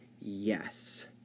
yes